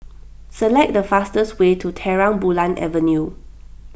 select the fastest way to Terang Bulan Avenue